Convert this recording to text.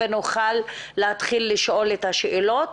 ונוכל להתחיל לשאול את השאלות.